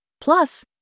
plus